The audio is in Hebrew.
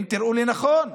אם תראו לנכון.